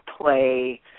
play